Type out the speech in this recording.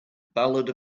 ballad